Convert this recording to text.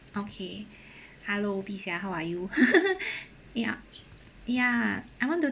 okay hello bi xia how are you ya ya I want to